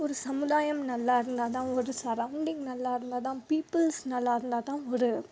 ஒரு சமுதாயம் நல்லா இருந்தால் தான் ஒரு சரௌண்டிங் நல்லா இருந்தால் தான் பீப்பிள்ஸ் நல்லா இருந்தால் தான் ஒரு